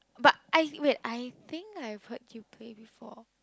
but I wait I think I put you played before